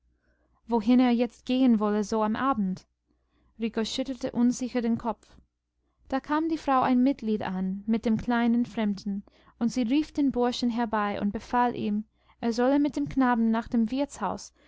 wohin er jetzt gehen wolle so am abend rico schüttelte unsicher den kopf da kam die frau ein mitleid an mit dem kleinen fremden und sie rief den burschen herbei und befahl ihm er solle mit dem knaben nach dem wirtshaus